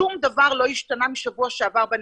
שום דבר לא השתנה משבוע שעבר בנתונים,